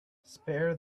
spare